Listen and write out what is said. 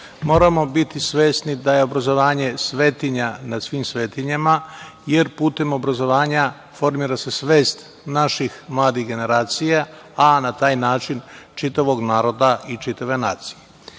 biti svesni da je obrazovanje svetinja nad svim svetinjama, jer putem obrazovanja formira se svest naših mladih generacija, a na taj način čitavog naroda i čitave